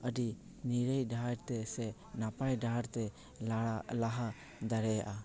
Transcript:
ᱟᱹᱰᱤ ᱱᱤᱨᱟᱹᱭ ᱰᱟᱦᱟᱨ ᱛᱮ ᱥᱮ ᱱᱟᱯᱟᱭ ᱰᱟᱦᱟᱨ ᱛᱮ ᱞᱟᱲᱟ ᱞᱟᱦᱟ ᱫᱟᱲᱮᱭᱟᱜᱼᱟ